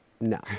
No